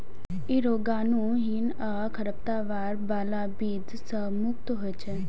ई रोगाणुहीन आ खरपतवार बला बीज सं मुक्त होइ छै